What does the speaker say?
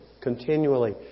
continually